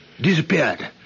Disappeared